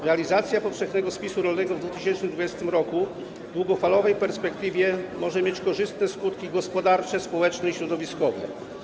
Realizacja powszechnego spisu rolnego w 2020 r. w długofalowej perspektywie może mieć korzystne skutki gospodarcze, społeczne i środowiskowe.